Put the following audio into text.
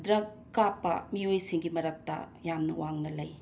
drug ꯀꯥꯞꯄ ꯃꯤꯑꯣꯏꯁꯤꯡꯒꯤ ꯃꯔꯛꯇ ꯌꯥꯝꯅ ꯋꯥꯡꯅ ꯂꯩ